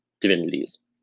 divinities